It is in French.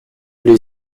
les